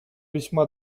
весьма